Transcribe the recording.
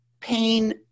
pain